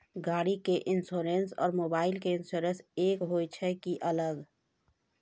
गाड़ी के इंश्योरेंस और मोबाइल के इंश्योरेंस एक होय छै कि अलग?